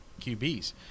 QBs